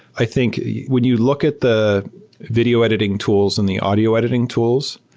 i think when you look at the video editing tools and the audio editing tools,